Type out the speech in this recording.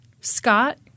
Scott